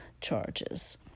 charges